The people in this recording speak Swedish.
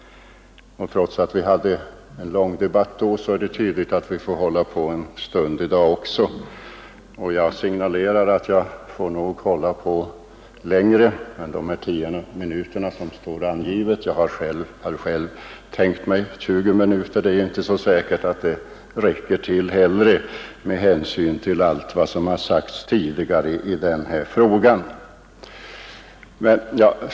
Trots att vi hade en lång debatt då, är det tydligt att vi får hålla på en stund i dag också, och jag signalerar att jag nog får hålla på längre än de 10 minuter som står angivna. Jag har själv tänkt mig 20 minuter, men det är inte så säkert att det räcker till med hänsyn till allt vad som har sagts i dag i den här frågan.